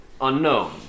Unknown